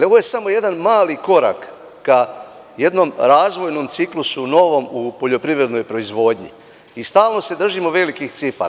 Ovo je samo jedan mali korak ka jednom razvojnom ciklusu novom u poljoprivrednoj proizvodnji i stalno se držimo velikih cifara.